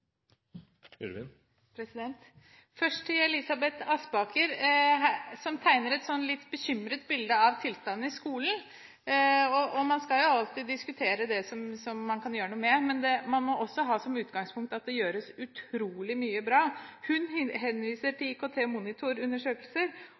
det. Først til Elisabeth Aspaker, som tegner et bilde av at en er litt bekymret over tilstanden i skolen. Man skal alltid diskutere det som man kan gjøre noe med, men man må også ha som utgangspunkt at det gjøres utrolig mye bra. Hun henviser til